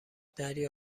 دریا